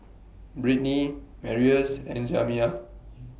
Britney Marius and Jamiya